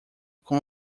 com